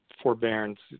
Forbearance